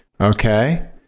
Okay